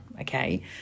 okay